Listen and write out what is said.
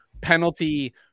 penalty